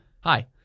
Hi